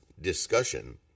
discussion